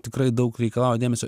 tikrai daug reikalauja dėmesio